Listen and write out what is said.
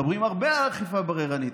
מדברים הרבה על אכיפה בררנית,